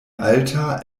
alta